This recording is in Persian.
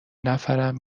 نفرم